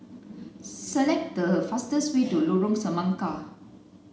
select the fastest way to Lorong Semangka